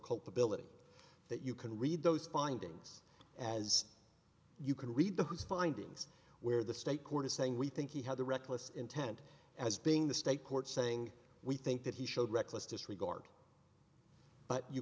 culpability that you can read those findings as you can read the his findings where the state court is saying we think he had the reckless intent as being the state court saying we think that he showed reckless disregard but you